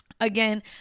Again